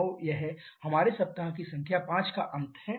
तो यह हमारे सप्ताह की संख्या 5 का अंत है